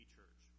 Church